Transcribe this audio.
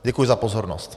Děkuji za pozornost.